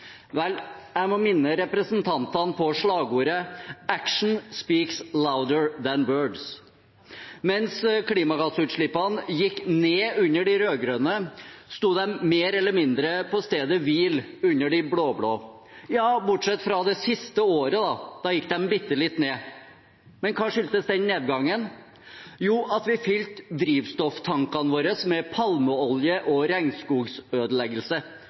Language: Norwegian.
Vel, jeg må minne representantene på slagordet «actions speak louder than words». Mens klimagassutslippene gikk ned under de rød-grønne, sto de mer eller mindre på stedet hvil under de blå-blå – bortsett fra det siste året, da gikk de bitte litt ned. Men hva skyldtes den nedgangen? Jo, den skyldtes at vi fylte drivstofftankene våre med palmeolje og